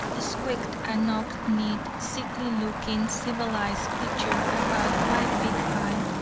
squeaked a knock-kneed, sickly looking civilized creature about five feet high,